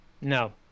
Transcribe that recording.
no